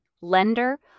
lender